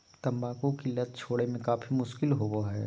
तंबाकू की लत छोड़े में काफी मुश्किल होबो हइ